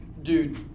Dude